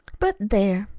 but, there!